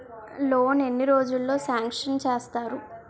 Loan ఎన్ని రోజుల్లో sanction చేస్తారు?